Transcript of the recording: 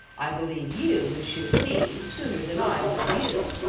i believe you would shoot me sooner than i would you.